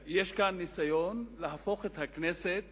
יש כאן ניסיון להפוך את הכנסת